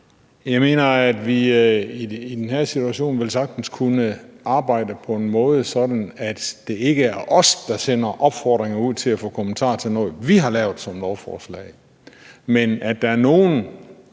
Jeg mener, at vi i den her situation vel sagtens kunne arbejde på en måde, sådan at det ikke er os, der sender opfordringer ud til at få kommentarer til noget, vi har lavet som lovforslag, men at der er nogle